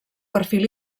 perfil